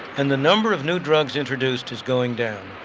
and the number of new drugs introduced is going down.